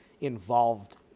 involved